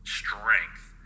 strength